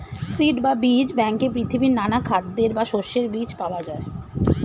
seed বা বীজ ব্যাংকে পৃথিবীর নানা খাদ্যের বা শস্যের বীজ পাওয়া যায়